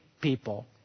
people